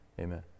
Amen